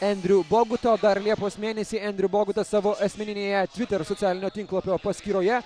endriu boguto dar liepos mėnesį endriu bogutas savo asmeninėje twitter socialinio tinklapio paskyroje